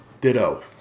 ditto